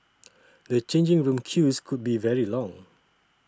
the changing room queues could be very long